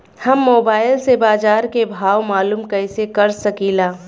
हम मोबाइल से बाजार के भाव मालूम कइसे कर सकीला?